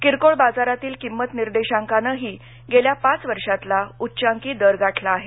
किरकोळ बाजारातील किमत निर्देशांकानंही गेल्या पाच वर्षातला उच्चांकी दर गाठला आहे